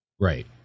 Right